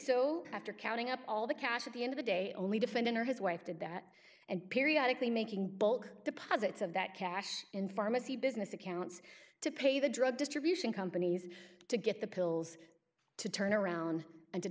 so after counting up all the cash at the end of the day only defendant or his wife did that and periodic making bulk deposits of that cash in pharmacy business accounts to pay the drug distribution companies to get the pills to turn around and to